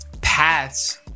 paths